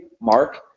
Mark